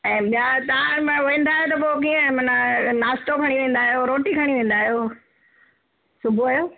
ऐं ॿिया तव्हां हान वेंदा आहियो त पोइ कीअं माना नास्तो खणी वेंदा आहियो रोटी खणी वेंदा आहियो सुबुह जो